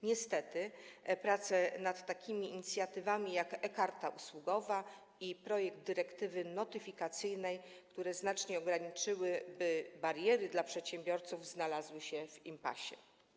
Niestety prace nad takimi inicjatywami jak e-karta usługowa i projekt dyrektywy notyfikacyjnej, które znacznie ograniczyłyby bariery dla przedsiębiorców, znalazły się w impasie.